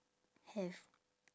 have